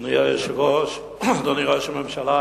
אדוני היושב-ראש, אדוני ראש הממשלה,